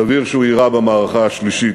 סביר שהוא יירה במערכה השלישית.